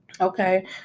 Okay